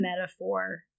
metaphor